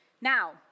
Now